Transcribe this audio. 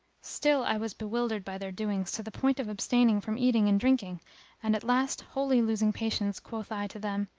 still i was bewildered by their doings to the point of abstaining from eating and drinking and, at last wholly losing patience, quoth i to them,